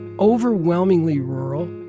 overwhelmingly rural.